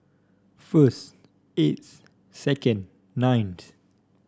first eighth second ninth